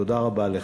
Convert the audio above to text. תודה רבה לך.